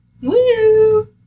Woo